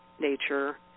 nature